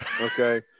Okay